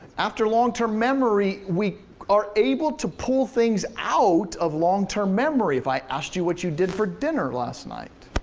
after long-term memory, we are able to pull things out of long-term memory. if i asked you what you did for dinner last night.